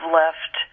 left